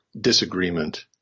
disagreement